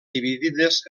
dividides